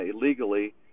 illegally